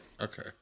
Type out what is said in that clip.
okay